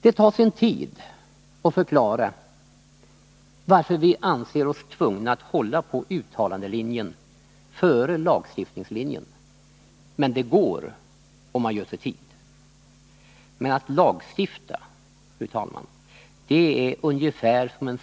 Det tar sin tid att förklara varför vi anser oss tvungna att hålla på uttalandelinjen före lagstiftningslinjen, men det går om man ger sig tid. Att lagstifta, fru talman, är ungefär som att